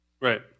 Right